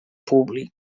públic